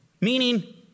Meaning